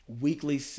Weekly